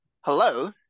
hello